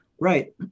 Right